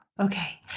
okay